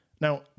Now